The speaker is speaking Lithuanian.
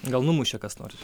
gal numušė kas nors